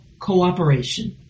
cooperation